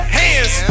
hands